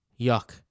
Yuck